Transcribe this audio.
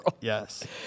Yes